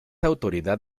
autoridad